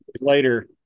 later